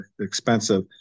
expensive